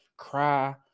cry